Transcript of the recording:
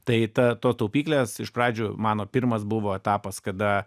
tai ta to taupyklės iš pradžių mano pirmas buvo etapas kada